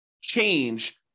change